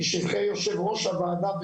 בשבחי יושב ראש הוועדה,